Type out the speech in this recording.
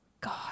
God